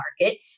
market